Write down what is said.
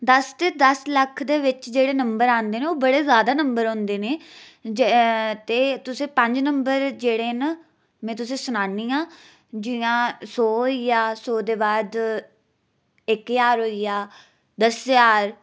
दस्स ते दस्स लक्ख दे बिच जेह्ड़े नंबर औंदे न ओह् बड़े जैदा नंबर औंदे न ते तुसें पंज नंबर जेह्ड़े न में तुसें ई सनान्नी आं जि'यां सौ होई गेआ सौ दे बाद इक ज्हार होई गेआ दस्स ज्हार